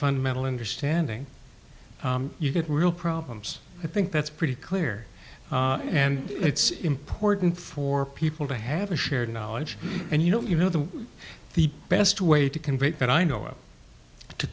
fundamental understandings you get real problems i think that's pretty clear and it's important for people to have a shared knowledge and you know you know the best way to